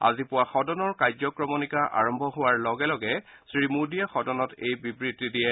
আজি পুৱা সদনৰ কাৰ্যক্ৰমণিকা আৰম্ভ হোৱাৰ লগে লগে শ্ৰীমোদীয়ে সদনত এই বিবৃতি দিয়ে